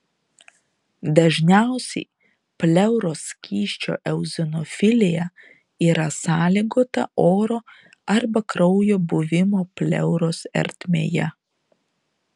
dažniausiai pleuros skysčio eozinofilija yra sąlygota oro arba kraujo buvimo pleuros ertmėje